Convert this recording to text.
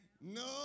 No